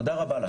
תודה רבה לך.